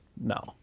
no